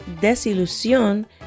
desilusión